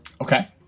Okay